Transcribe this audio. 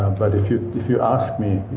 um but if you if you ask me,